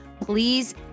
please